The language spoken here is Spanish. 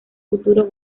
futuro